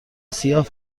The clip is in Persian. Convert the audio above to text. سیاه